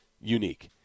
unique